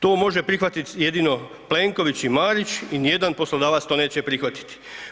To može prihvati jedino Plenković i Marić i ni jedan poslodavac to neće prihvatiti.